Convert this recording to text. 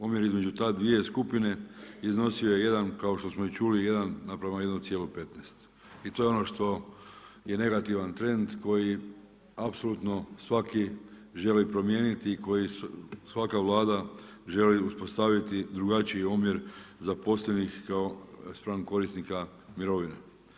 Omjer između te dvije skupine iznosio je jedan kao što smo čuli 1 naprama 1,15 i to je ono što je negativan trend, koji apsolutno svaki želi promijeniti i koji svaka Vlada želi uspostaviti drugačiji omjer zaposlenih spram korisnika mirovina.